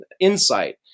insight